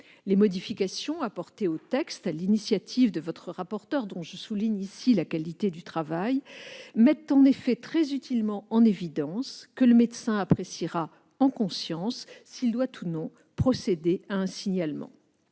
Les modifications apportées au texte, sur l'initiative de votre rapporteur dont je souligne ici la qualité du travail, mettent en effet très utilement en évidence le fait que le médecin appréciera en conscience s'il doit ou non procéder à un signalement.